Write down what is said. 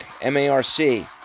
M-A-R-C